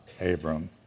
Abram